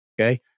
Okay